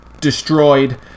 destroyed